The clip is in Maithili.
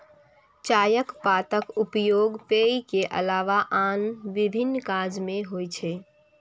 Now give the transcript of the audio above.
चायक पातक उपयोग पेय के अलावा आन विभिन्न काज मे होइ छै